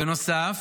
בנוסף,